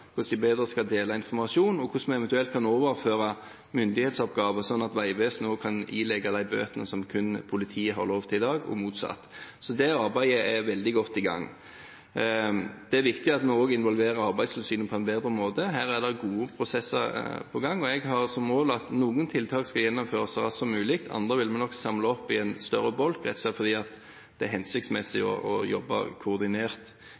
hvordan de bedre skal dele informasjon og hvordan vi eventuelt kan overføre myndighetsoppgaver, slik at Vegvesenet også kan ilegge de bøtene som kun politiet har lov til i dag, og motsatt. Det arbeidet er veldig godt i gang. Det er viktig at vi også involverer Arbeidstilsynet på en bedre måte. Her er det gode prosesser på gang, og jeg har som mål at noen tiltak skal gjennomføres så raskt som mulig, andre vil vi nok samle opp i en større bolk, rett og slett fordi det er hensiktsmessig å jobbe koordinert